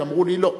אמרו לי: לא.